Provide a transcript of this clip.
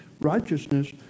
righteousness